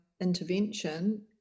intervention